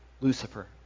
Lucifer